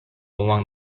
along